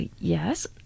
Yes